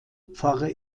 pfarre